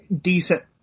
decent